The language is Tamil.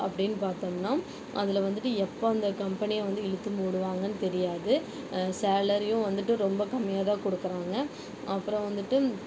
அப்படின்னு பாத்தோம்னா அதில் வந்துவிட்டு எப்போ அந்த கம்பனியை வந்து இழுத்து மூடுவாங்கன்னு தெரியாது சாலரியும் வந்துவிட்டு ரொம்ப கம்மியாக தான் கொடுக்கறாங்க அப்பறம் வந்துவிட்டு